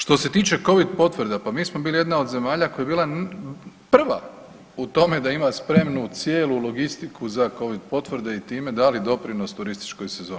Što se tiče covid potvrda, pa mi smo bili jedna od zemalja koja je bila prva u tome da ima spremnu cijelu logistiku za covid potvrde i time dali doprinos turističkoj sezoni.